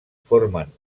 formen